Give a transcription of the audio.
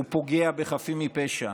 הוא פוגע בחפים מפשע.